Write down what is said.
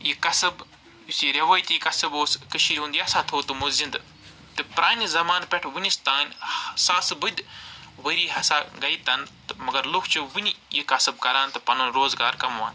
یہِ کسٕب یُس یہِ ریٚوٲتی کسٕب اوس کٔشیٖر ہُند یہِ ہسا تھوٚو تِموٚو زِندٕ تہٕ پرٛانہِ زَمانہٕ پٮ۪ٹھ وُنِس تانۍ ساسہٕ بٔدۍ ؤری ہسا گٔے تَنہٕ تہٕ مَگر لوٗکھ چھِ وُنہِ یہِ کسٕب کران تہٕ پَنُن روزگار کَماوان